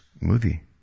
movie